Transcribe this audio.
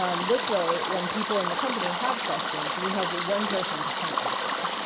um this way when people in the company have questions, we have one person to point them to.